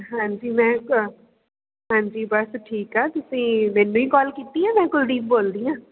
ਹਾਂਜੀ ਮੈਂ ਹਾਂਜੀ ਬਸ ਠੀਕ ਆ ਤੁਸੀਂ ਮੈਨੂੰ ਹੀ ਕੋਲ ਕੀਤੀ ਆ ਮੈਂ ਕੁਲਦੀਪ ਬੋਲਦੀ ਹਾਂ